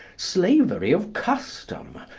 slavery of custom,